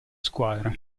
squadra